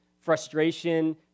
frustration